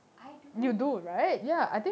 I do